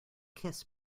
kiss